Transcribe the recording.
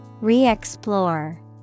Re-explore